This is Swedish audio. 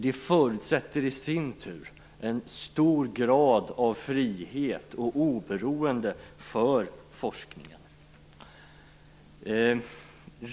Det förutsätter i sin tur en hög grad av frihet och oberoende för forskningen.